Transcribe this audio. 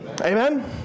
amen